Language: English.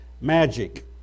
Magic